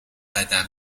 قدم